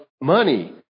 money